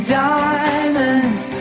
diamonds